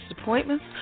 appointments